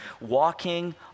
walking